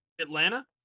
Atlanta